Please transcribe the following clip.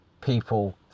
people